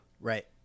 Right